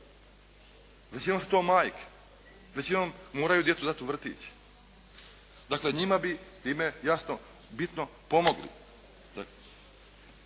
Većinom su to majke, većinom moraju djecu dati u vrtić. Dakle, njima bi time jasno bitno pomogli.